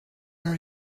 are